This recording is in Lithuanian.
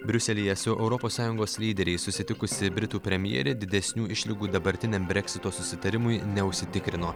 briuselyje su europos sąjungos lyderiais susitikusi britų premjerė didesnių išlygų dabartiniam breksito susitarimui neužsitikrino